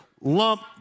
lump